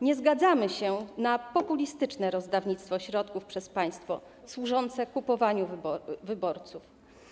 Nie zgadzamy się na populistyczne rozdawnictwo środków przez państwo, służące kupowaniu wyborców.